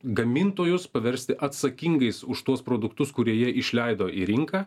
gamintojus paversti atsakingais už tuos produktus kurie jie išleido į rinką